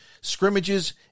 scrimmages